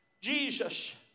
Jesus